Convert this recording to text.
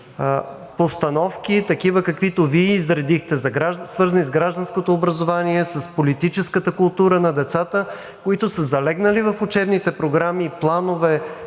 постановки такива, каквито Вие изредихте, свързани с гражданското образование, с политическата култура на децата, които са залегнали в учебните програми, планове